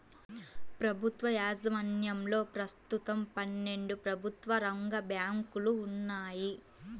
ప్రభుత్వ యాజమాన్యంలో ప్రస్తుతం పన్నెండు ప్రభుత్వ రంగ బ్యాంకులు ఉన్నాయి